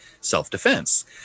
self-defense